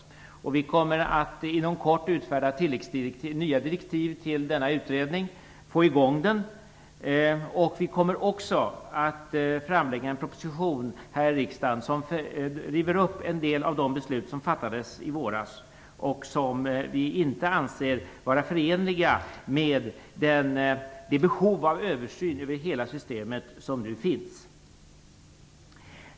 Regeringen kommer inom kort att utfärda nya direktiv till denna utredning och få igång den. Regeringen kommer också att framlägga en proposition här i riksdagen som river upp en del av de beslut som fattades i våras och som vi inte anser vara förenliga med det behov av översyn av hela systemet som nu finns.